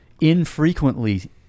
infrequently